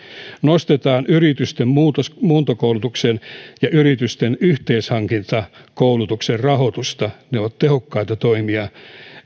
nostetaan yritysten muuntokoulutuksen ja yritysten yhteishankintakoulutuksen rahoitusta ne ovat tehokkaita toimia